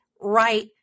right